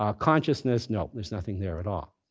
ah consciousness, no. there's nothing there at all.